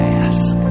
ask